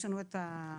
יש לנו את הגרפים.